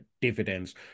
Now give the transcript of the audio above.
dividends